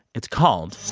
it's called.